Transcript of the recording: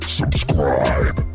subscribe